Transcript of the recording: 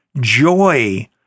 Joy